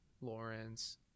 lawrence